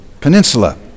Peninsula